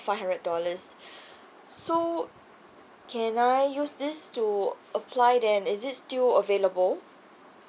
five hundred dollars so can I use this to apply then is it still available